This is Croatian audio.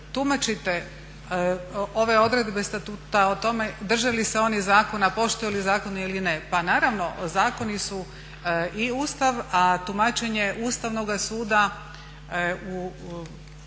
ove odredbe statuta o tome drže li se oni zakona, poštuju li zakon ili ne. Pa naravno zakoni su i Ustav a tumačenje Ustavnoga suda u